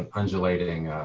and undulating